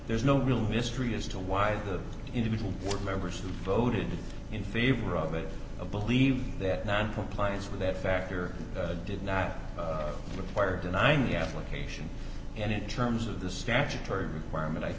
there's no real mystery as to why the individual members who voted in favor of it i believe that noncompliance with that factor did not require denying the application and in terms of the statutory requirement i